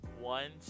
one